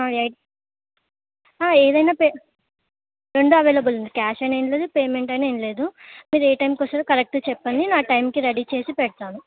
eight ఏదైనా pay రెండు available ఉన్నాయి క్యాష్ అయినా ఏం లేదు పేమెంట్ అయినా ఏం లేదు మీరు ఏ టైంకి వస్తారో కరెక్ట్గా చెప్పండి నా టైంకి రెడీ చేసి పెడతాను